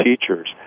teachers